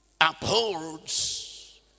upholds